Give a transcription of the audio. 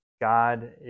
God